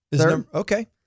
okay